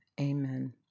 Amen